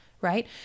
right